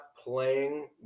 playing